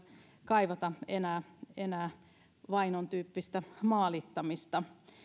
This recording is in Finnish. kaivata enää enää vainon tyyppistä maalittamista